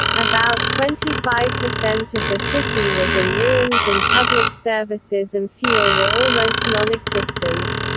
about twenty five percent of the city was in ruins and public services and fuel were almost nonexistent.